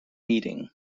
meeting